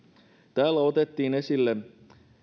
täällä otettiin esille